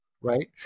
right